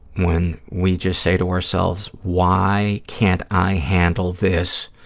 when we just say to ourselves, why can't i handle this